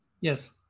Yes